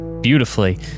Beautifully